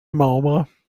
membres